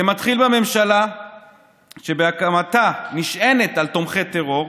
זה מתחיל בממשלה שבהקמתה נשענת על תומכי טרור,